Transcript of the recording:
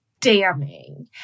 damning